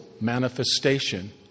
manifestation